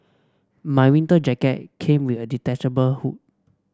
my winter jacket came with a detachable hood